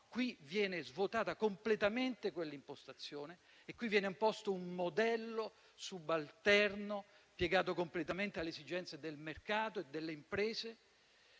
qui viene svuotata completamente quell'impostazione e viene imposto un modello subalterno, piegato completamente alle esigenze del mercato e delle imprese,